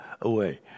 away